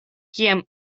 kiam